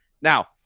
now